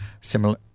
similar